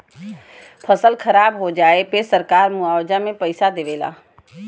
फसल खराब हो जाये पे सरकार मुआवजा में पईसा देवे ला